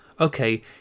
okay